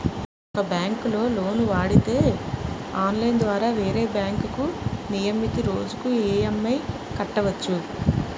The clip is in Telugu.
ఒక బ్యాంకులో లోను వాడితే ఆన్లైన్ ద్వారా వేరే బ్యాంకుకు నియమితు రోజున ఈ.ఎం.ఐ కట్టవచ్చు